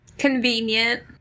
Convenient